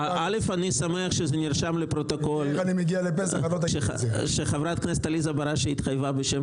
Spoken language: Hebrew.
אני שמח שזה נרשם בפרוטוקול שחברת הכנסת עליזה בראשי התחייבה בשם